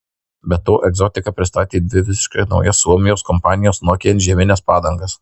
be to egzotika pristatė dvi visiškai naujas suomijos kompanijos nokian žiemines padangas